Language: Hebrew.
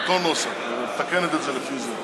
אותו נוסח, לפי זה.